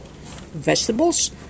vegetables